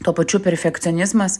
tuo pačiu perfekcionizmas